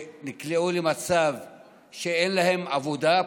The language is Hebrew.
שנקלעו למצב שאין להם עבודה,